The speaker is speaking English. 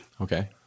Okay